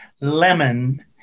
lemon